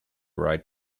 right